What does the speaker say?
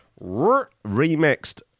Remixed